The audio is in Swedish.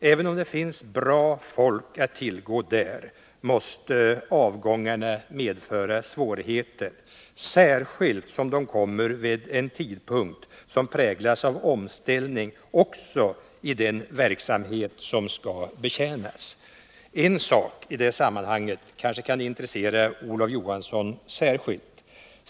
Även om det finns bra folk att tillgå där måste avgångarna medföra svårigheter, särskilt som de kommer vid en tidpunkt som präglas av omställning också vid den verksamhet som skall betjänas. En sak i det sammanhanget kanske kan intressera Olof Johansson särskilt.